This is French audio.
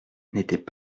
n’étaient